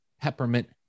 peppermint